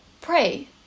pray